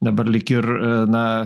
dabar lyg ir na